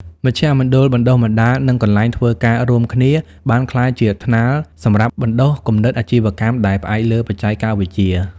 មជ្ឈមណ្ឌលបណ្ដុះបណ្ដាល និងកន្លែងធ្វើការរួមគ្នាបានក្លាយជាថ្នាលសម្រាប់បណ្ដុះគំនិតអាជីវកម្មដែលផ្អែកលើបច្ចេកវិទ្យា។